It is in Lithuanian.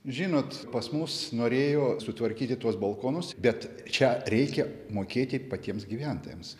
žinot pas mus norėjo sutvarkyti tuos balkonus bet čia reikia mokėti patiems gyventojams